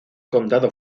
condado